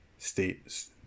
States